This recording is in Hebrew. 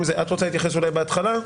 את רוצה להתייחס אולי בהתחלה?